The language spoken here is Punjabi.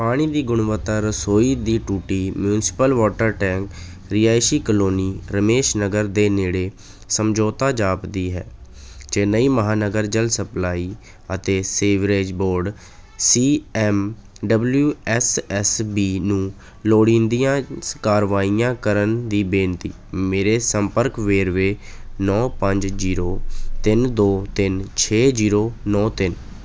ਪਾਣੀ ਦੀ ਗੁਣਵੱਤਾ ਰਸੋਈ ਦੀ ਟੂਟੀ ਮਿਊਂਸਪਲ ਵਾਟਰ ਟੈਂਕ ਰਿਹਾਇਸ਼ੀ ਕਲੋਨੀ ਰਮੇਸ਼ ਨਗਰ ਦੇ ਨੇੜੇ ਸਮਝੌਤਾ ਜਾਪਦੀ ਹੈ ਚੇਨਈ ਮਹਾਨਗਰ ਜਲ ਸਪਲਾਈ ਅਤੇ sewerage board C M W S S B ਨੂੰ ਲੋੜੀਂਦੀਆਂ ਕਾਰਵਾਈਆਂ ਕਰਨ ਦੀ ਬੇਨਤੀ ਮੇਰੇ ਸੰਪਰਕ ਵੇਰਵੇ ਨੌਂ ਪੰਜ ਜੀਰੋ ਤਿੰਨ ਦੋ ਤਿੰਨ ਛੇ ਜੀਰੋ ਨੌਂ ਤਿੰਨ